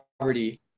poverty